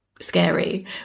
scary